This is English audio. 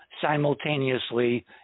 simultaneously